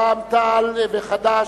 רע"ם-תע"ל וחד"ש,